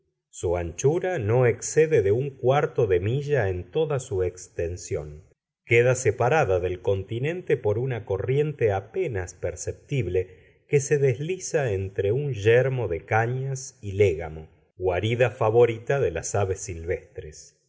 su anchura no excede de un cuarto de milla en toda su extensión queda separada del continente por una corriente apenas perceptible que se desliza entre un yermo de cañas y légamo guarida favorita de las aves silvestres